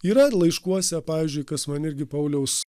yra laiškuose pavyzdžiui kas man irgi pauliaus